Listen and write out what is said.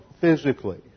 physically